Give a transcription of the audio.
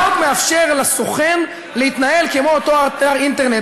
החוק מאפשר לסוכן להתנהל כמו אותו אתר אינטרנט,